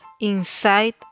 inside